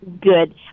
Good